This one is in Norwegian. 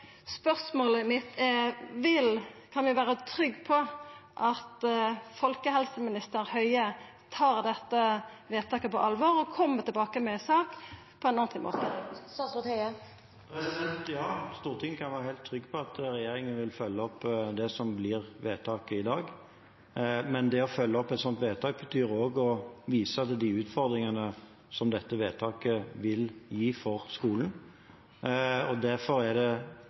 spørsmålet mitt er: Kan vi vera trygge på at folkehelseminister Høie tar dette vedtaket på alvor og kjem tilbake med ei sak på ein ordentleg måte? Ja, Stortinget kan være helt trygg på at regjeringen vil følge opp det som blir vedtaket i dag. Men det å følge opp et sånt vedtak betyr også å vise til de utfordringene som dette vedtaket vil gi for skolen. Derfor er det